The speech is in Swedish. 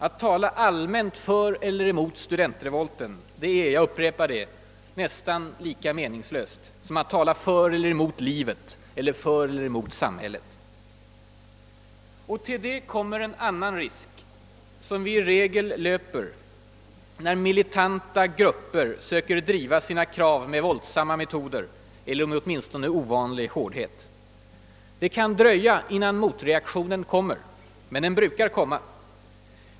Att tala allmänt för eller emot »studentrevolten» är, jag upprepar det, nästan lika meningslöst som att tala för eller emot »livet» eller för eller emot »samhället». Till detta kommer en annan risk som vi i regel löper när militanta grupper söker driva sina krav med våldsamma metoder eller åtminstone med ovanlig hårdhet. Det kan dröja innan motreaktionen kommer, men den brukar komma.